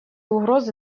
угрозы